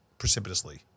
Precipitously